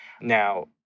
Now